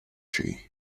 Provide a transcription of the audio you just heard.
she